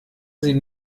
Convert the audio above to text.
sie